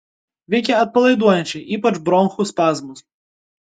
veikia atpalaiduojančiai ypač bronchų spazmus